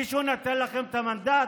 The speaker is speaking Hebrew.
מישהו נתן לכם את המנדט?